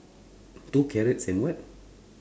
two carrots and what